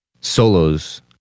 Solo's